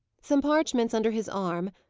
some parchments under his arm,